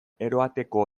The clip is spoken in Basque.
eroateko